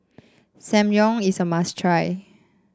samgyeo is a must try